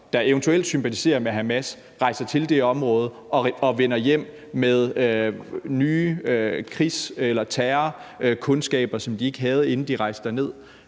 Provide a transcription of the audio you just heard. der eventuelt sympatiserer med Hamas, rejser til det område og vender hjem med nye krigs- eller terrorkundskaber, som de ikke havde, inden de rejste derned?